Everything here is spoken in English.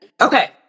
okay